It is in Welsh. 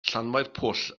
llanfairpwll